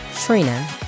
Trina